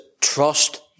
trust